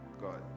God